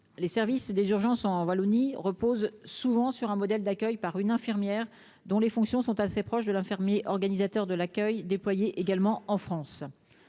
les services des urgences en Wallonie repose souvent sur un modèle d'accueil par une infirmière dont les fonctions sont assez proches de l'infirmier organisateur de l'accueil, également en France,